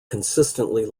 consistently